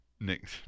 Nick